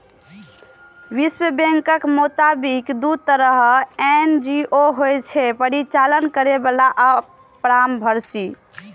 विश्व बैंकक मोताबिक, दू तरहक एन.जी.ओ होइ छै, परिचालन करैबला आ परामर्शी